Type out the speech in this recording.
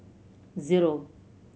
zero